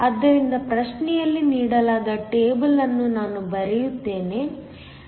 ಆದ್ದರಿಂದ ಪ್ರಶ್ನೆ ಯಲ್ಲಿ ನೀಡಲಾದ ಟೇಬಲ್ ಅನ್ನು ನಾನು ಬರೆಯುತ್ತೇನೆ